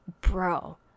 bro